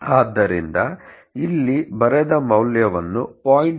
ಆದ್ದರಿಂದ ಇಲ್ಲಿ ಬರೆದ ಮೌಲ್ಯವನ್ನು 0